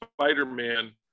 spider-man